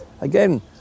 Again